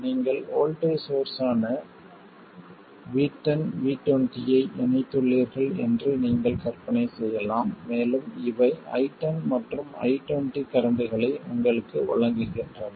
நீங்கள் voltage source ஆன V10 V20 ஐ இணைத்துள்ளீர்கள் என்று நீங்கள் கற்பனை செய்யலாம் மேலும் இவை I10 மற்றும் I20 கரண்ட்களை உங்களுக்கு வழங்குகின்றன